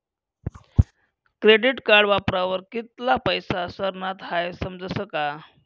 credit card वापरावर कित्ला पैसा सरनात हाई समजस का